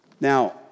Now